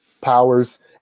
Powers